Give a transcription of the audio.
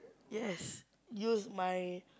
yes use my